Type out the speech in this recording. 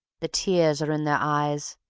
the tears are in their eyes!